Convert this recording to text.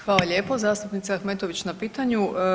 Hvala lijepo zastupnice Ahmetović na pitanju.